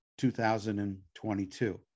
2022